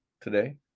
today